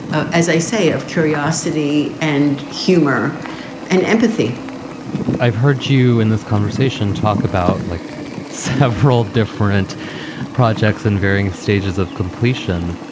ah as i say, of curiosity and humor and empathy i've heard you in this conversation talk about like several different projects in varying stages of completion.